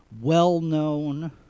well-known